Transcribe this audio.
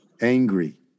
angry